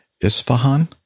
Isfahan